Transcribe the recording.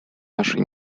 нашей